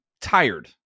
tired